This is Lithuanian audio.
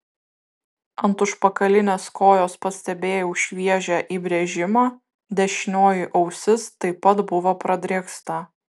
ant užpakalinės kojos pastebėjau šviežią įbrėžimą dešinioji ausis taip pat buvo pradrėksta